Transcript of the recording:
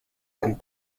and